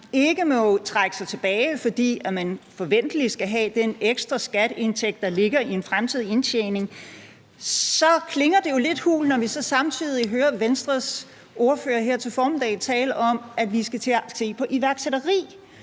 ikke må trække sig tilbage, fordi man skal have den ekstra skatteindtægt, der forventeligt ligger i en fremtidig indtjening, så klinger det jo lidt hult, når vi samtidig her til formiddag hører Venstres ordfører tale om, at vi skal til at se på iværksætteri.